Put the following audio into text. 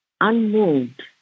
Unmoved